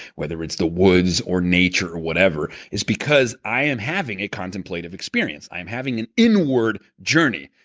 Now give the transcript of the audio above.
whether it's the woods or nature or whatever is because i'm having a contemplative experience. i'm having an inward journey.